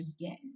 again